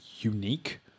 unique